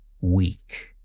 weak